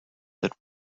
that